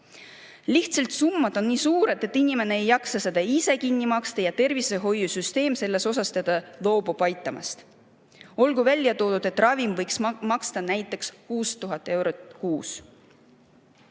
Lihtsalt summad on nii suured, et inimene ei jaksa seda ise kinni maksta ja tervishoiusüsteem loobub teda selles aitamast. Olgu ära toodud, et ravim võib maksta näiteks 6000 eurot kuus.